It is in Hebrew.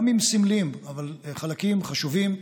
גם אם סמליים אבל חלקים חשובים,